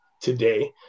today